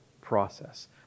process